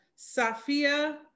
Safia